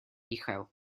uchel